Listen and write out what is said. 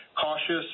cautious